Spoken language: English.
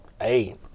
Hey